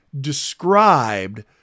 described